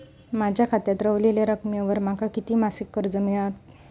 माझ्या खात्यात रव्हलेल्या रकमेवर माका किती मासिक कर्ज मिळात?